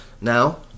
Now